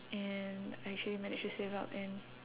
and I actually managed to save up and